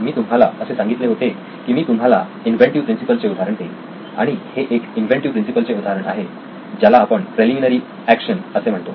मी तुम्हाला असे सांगितले होते की मी तुम्हाला इन्व्हेंटिव्ह प्रिंसिपल चे उदाहरण देईल आणि हे एक इन्व्हेंटिव्ह प्रिंसिपल चे उदाहरण आहे ज्याला आपण प्रेलिमिनरि ऍक्शन असे म्हणतो